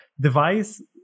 device